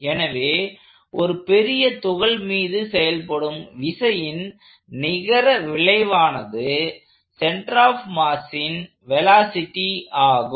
எனவே ஒரு பெரிய பொருள் மீது செயல்படும் விசையின் நிகர விளைவானது சென்டர் ஆப் மாஸின் வெலாசிட்டி ஆகும்